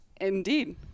Indeed